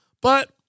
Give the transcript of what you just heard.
But-